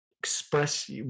express